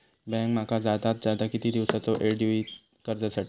Bank माका जादात जादा किती दिवसाचो येळ देयीत कर्जासाठी?